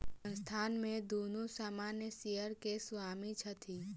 संस्थान में दुनू सामान्य शेयर के स्वामी छथि